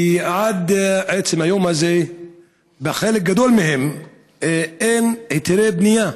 ועד עצם היום הזה בחלק גדול מהם אין היתרי בנייה